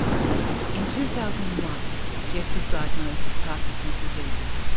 in two thousand and one geoff was diagnosed with parkinson's disease,